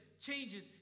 changes